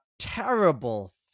terrible